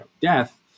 death